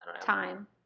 time